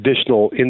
additional